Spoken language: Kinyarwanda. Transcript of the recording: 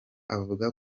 avuga